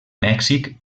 mèxic